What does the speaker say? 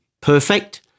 perfect